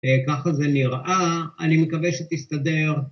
ככה זה נראה, אני מקווה שתסתדר